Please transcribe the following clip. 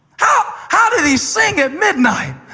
ah how did he sing at midnight?